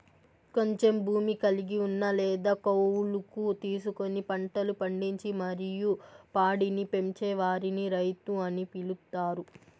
కొంచెం భూమి కలిగి ఉన్న లేదా కౌలుకు తీసుకొని పంటలు పండించి మరియు పాడిని పెంచే వారిని రైతు అని పిలుత్తారు